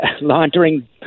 laundering